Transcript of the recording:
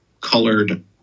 colored